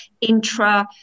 intra